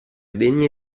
degne